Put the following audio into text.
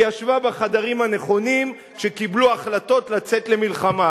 היא ישבה בחדרים הנכונים כשקיבלו החלטות לצאת למלחמה.